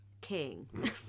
King